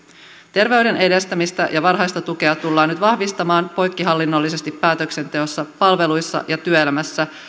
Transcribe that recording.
terveyden edistämistä ja varhaista tukea tullaan nyt vahvistamaan poikkihallinnollisesti päätöksenteossa palveluissa ja työelämässä